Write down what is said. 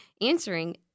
answering